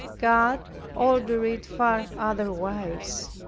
god ordered it far otherwise.